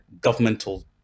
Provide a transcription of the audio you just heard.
governmental